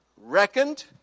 reckoned